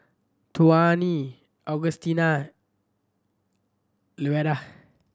Tawny Augustina Louetta